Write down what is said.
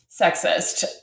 sexist